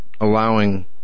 allowing